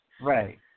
Right